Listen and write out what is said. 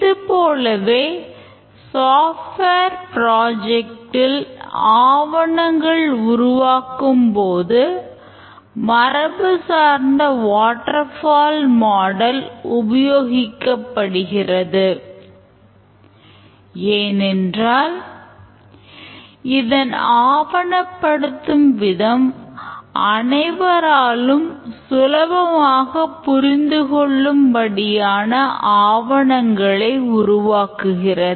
இதுபோலவே software project உபயோகிக்கப்படுகிறது ஏனென்றால் இதன் ஆவணப் படுத்தும் விதம் அனைவராலும் சுலபமாக புரிந்து கொள்ளும்படியான ஆவணங்களை உருவாக்குகிறது